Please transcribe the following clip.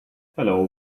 hello